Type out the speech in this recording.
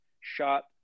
shot